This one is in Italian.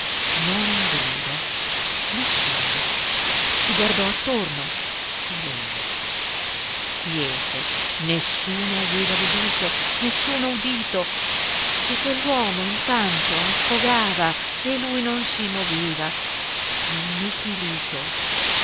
non un grido nessuno si guardò attorno silenzio quiete nessuno aveva veduto nessuno udito e quell'uomo intanto affogava e lui non si moveva annichilito